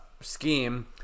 scheme